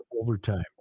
overtime